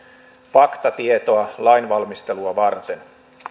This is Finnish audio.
faktatietoa lainvalmistelua varten